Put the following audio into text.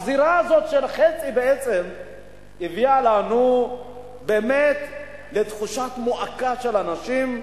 הגזירה הזאת של חצי בעצם הביאה באמת לתחושת מועקה של אנשים,